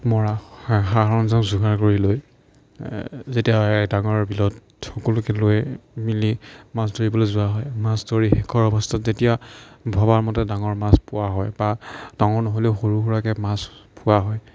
মৰা সা সৰঞ্জাম যোগাৰ কৰি লৈ যেতিয়া ডাঙৰ বিলত সকলোকে লৈ মিলি মাছ ধৰিবলৈ যোৱা হয় মাছ ধৰি শেষৰ অৱস্থাত যেতিয়া ভবাৰ মতে ডাঙৰ মাছ পোৱা হয় বা ডাঙৰ নহ'লেও সৰু সুৰাকৈ মাছ পোৱা হয়